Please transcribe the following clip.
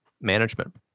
management